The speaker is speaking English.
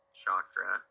chakra